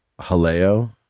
Haleo